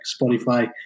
Spotify